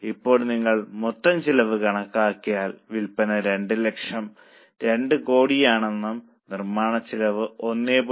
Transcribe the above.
ഇപ്പോൾ നിങ്ങൾ മൊത്തം ചെലവ് കണക്കാക്കിയാൽ വിൽപ്പന 2 ലക്ഷം 2 കോടിയാണെന്നും നിർമ്മാണച്ചെലവ് 1